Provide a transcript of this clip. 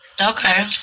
Okay